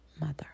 mother